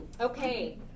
okay